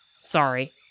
Sorry